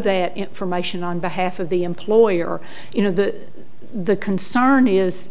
that information on behalf of the employer you know that the concern is